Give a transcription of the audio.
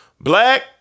Black